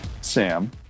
Sam